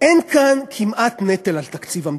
אין כאן כמעט נטל על תקציב המדינה.